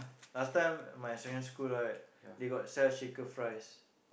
last time my secondary school right they got sell shaker fries